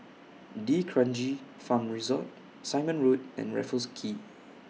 D'Kranji Farm Resort Simon Road and Raffles Quay